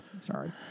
Sorry